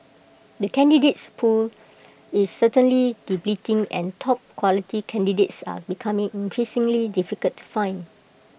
the candidates pool is certainly depleting and top quality candidates are becoming increasingly difficult to find